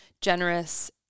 generous